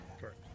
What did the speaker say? Correct